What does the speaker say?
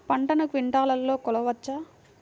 పంటను క్వింటాల్లలో కొలవచ్చా?